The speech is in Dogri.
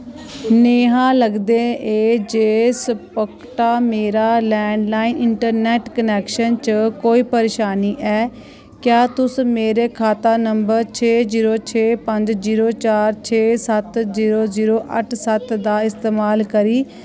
नेहा लगदा ऐ जे स्पकटा मेरा लैंडलाइन इंटरनैट्ट क्नैक्शन च कोई परेशानी ऐ क्या तुस मेरे खाता नंबर छे जीरो छे पंज जीरो चार छे सत्त जीरो जीरो अट्ठ सत्त दा इस्तेमाल करी